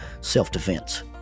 self-defense